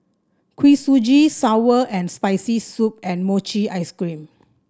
Kuih Suji sour and Spicy Soup and Mochi Ice Cream